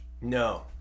No